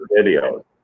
Videos